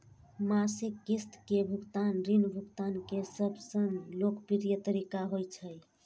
मासिक किस्त के भुगतान ऋण भुगतान के सबसं लोकप्रिय तरीका होइ छै